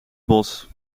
bos